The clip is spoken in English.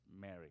Mary